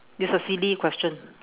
it's a silly question